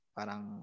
Parang